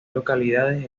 localidades